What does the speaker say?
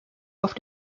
auf